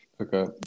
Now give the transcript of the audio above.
Okay